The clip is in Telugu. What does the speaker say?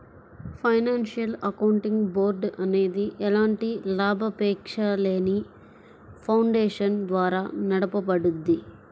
ఫైనాన్షియల్ అకౌంటింగ్ బోర్డ్ అనేది ఎలాంటి లాభాపేక్షలేని ఫౌండేషన్ ద్వారా నడపబడుద్ది